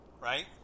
right